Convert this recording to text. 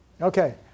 Okay